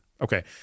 Okay